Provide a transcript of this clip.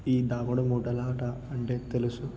ఈ దాగుడుమూతల ఆట అంటే తెలుసు